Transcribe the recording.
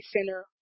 Center